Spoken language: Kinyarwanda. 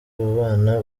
ababana